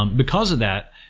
um because of that,